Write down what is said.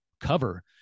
cover